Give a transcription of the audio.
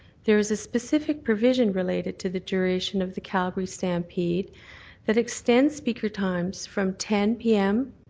there's a specific provision related to the duration of the calgary stampede that extends speaker times from ten p m.